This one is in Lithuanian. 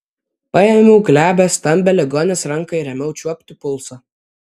paėmiau glebią stambią ligonės ranką ir ėmiau čiuopti pulsą